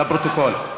לפרוטוקול.